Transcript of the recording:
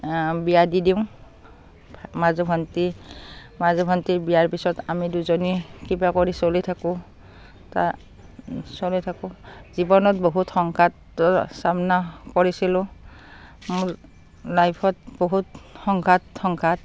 বিয়া দি দিওঁ মাজু ভন্টি মাজু ভন্টিৰ বিয়াৰ পিছত আমি দুজনী কিবা কৰি চলি থাকোঁ তাত চলি থাকোঁ জীৱনত বহুত সংঘাতৰ চামনা কৰিছিলোঁ মোৰ লাইফত বহুত সংঘাত সংঘাত